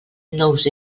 nous